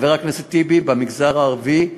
חבר הכנסת טיבי, נמשיך לפעול במגזר הערבי.